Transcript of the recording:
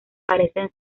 parecen